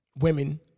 women